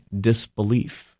disbelief